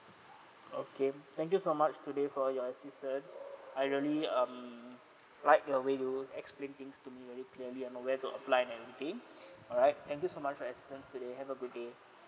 okay thank you so much today for your assistance I really um like the way you explain things to me very clearly you know where to apply and everything alright thank you so much for assistance today have a good day